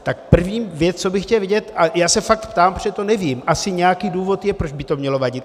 Tak první věc, co bych chtěl vědět, a já se fakt ptám, protože to nevím, asi nějaký důvod je, proč by to mělo vadit.